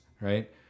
Right